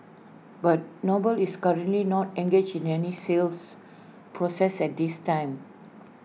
but noble is currently not engaged in any sales process at this time